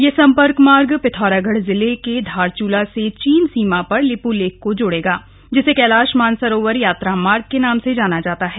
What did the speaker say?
यह सम्पर्क मार्ग पिथौरागढ़ जिले के धारचूला से चीन सीमा पर लिपूलेख को जोड़ेगा जिसे कैलाश मानसरोवर यात्रा मार्ग से जाना जाता है